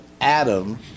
Adam